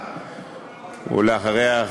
ואחריה,